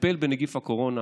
נטפל בנגיף הקורונה,